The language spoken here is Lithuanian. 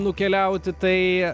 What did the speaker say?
nukeliauti tai